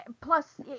plus